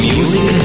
Music